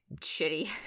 shitty